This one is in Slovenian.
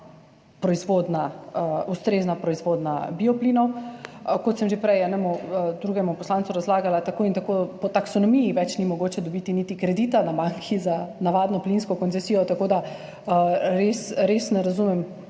ustrezna proizvodnja bioplinov, kot sem že prej enemu drugemu poslancu razlagala, tako in tako po taksonomiji več ni mogoče dobiti niti kredita na banki za navadno plinsko koncesijo, tako da res ne razumem,